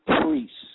priests